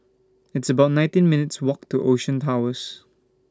It's about nineteen minutes' Walk to Ocean Towers